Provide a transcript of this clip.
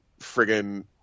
friggin